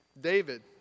David